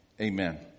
Amen